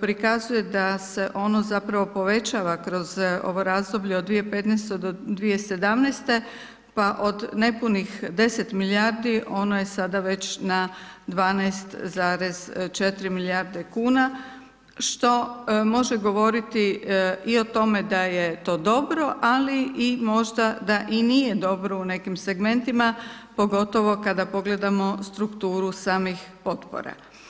prikazuje da se ono zapravo povećava kroz ovo razdoblje od 2015. do 2017., pa od nepunih 10 milijardi ono je sada već na 12,4 milijarde kuna, što može govoriti i o tome da je to dobro, ali i možda da i nije dobro u nekim segmentima, pogotovo kada pogledamo strukturu samih potpora.